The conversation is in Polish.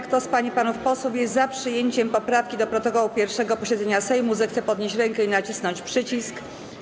Kto z pań i panów posłów jest za przyjęciem poprawki do protokołu 1. posiedzenia Sejmu, zechce podnieść rękę i nacisnąć przycisk.